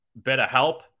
BetterHelp